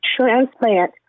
transplant